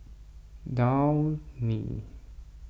Downy